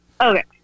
Okay